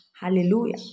hallelujah